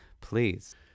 please